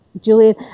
Julian